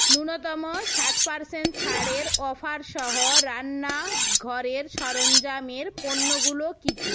ন্যূনতম ষাট পার্সেন্ট ছাড়ের অফার সহ রান্নাঘরের সরঞ্জামের পণ্যগুলো কী কী